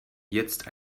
jetzt